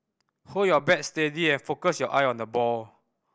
hold your bat steady and focus your eye on the ball